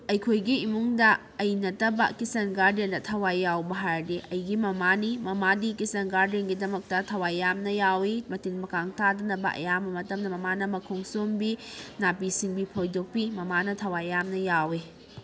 ꯑꯩꯈꯣꯏꯒꯤ ꯏꯃꯨꯡꯗ ꯑꯩ ꯅꯠꯇꯕ ꯀꯤꯆꯟ ꯒꯥꯔꯗꯦꯟꯗ ꯊꯋꯥꯏ ꯌꯥꯎꯕ ꯍꯥꯏꯔꯗꯤ ꯑꯩꯒꯤ ꯃꯃꯥꯅꯤ ꯃꯃꯥꯗꯤ ꯀꯤꯆꯟ ꯒꯥꯔꯗꯦꯟꯒꯤꯗꯃꯛꯇ ꯊꯋꯥꯏ ꯌꯥꯝꯅ ꯌꯥꯎꯏ ꯃꯇꯤꯟ ꯃꯀꯥꯡ ꯇꯥꯗꯅꯕ ꯑꯌꯥꯝꯕ ꯃꯇꯝꯗ ꯃꯃꯥꯅ ꯃꯈꯣꯡ ꯁꯣꯝꯕꯤ ꯅꯥꯄꯤ ꯁꯤꯡꯕꯤ ꯐꯣꯏꯗꯣꯛꯄꯤ ꯃꯃꯥꯅ ꯊꯋꯥꯏ ꯌꯥꯝꯅ ꯌꯥꯎꯏ